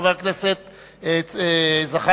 חבר הכנסת זחאלקה.